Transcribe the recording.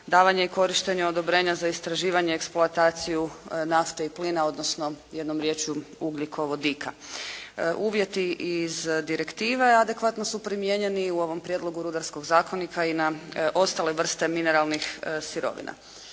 davanje i korištenje odobrenja za istraživanje, eksploataciju nafte i plina, odnosno jednom riječju ugljikovodika. Uvjeti iz direktive adekvatno su primijenjeni u ovom Prijedlogu rudarskog zakonika i na ostale vrste mineralnih sirovina.